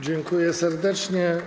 Dziękuję serdecznie.